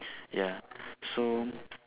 ya so